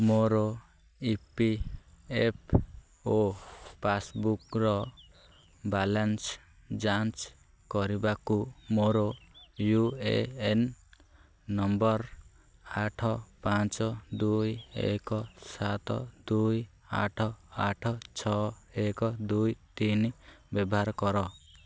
ମୋର E P F O ପାସ୍ବୁକ୍ର balance ଯାଞ୍ଚ କରିବାକୁ ମୋର ୟୁ ଏ ଏନ୍ ନମ୍ବର ଆଠ ପାଞ୍ଚ ଦୁଇ ଏକ ସାତ ଦୁଇ ଆଠ ଆଠ ଛଅ ଏକ ଦୁଇ ତିନି ବ୍ୟବହାର କର